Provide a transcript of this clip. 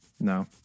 No